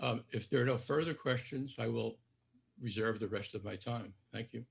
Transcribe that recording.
if there are no further questions i will reserve the rest of my time thank you